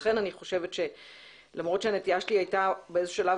לכן אני חושבת שלמרות שהנטייה שלי הייתה באיזשהו שלב